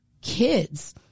kids